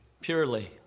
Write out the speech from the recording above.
purely